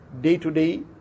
Day-to-day